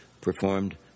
performed